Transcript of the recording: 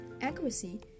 Accuracy